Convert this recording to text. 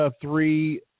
three